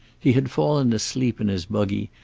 he had fallen asleep in his buggy,